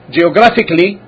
geographically